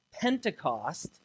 Pentecost